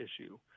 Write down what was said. issue